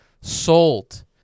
sold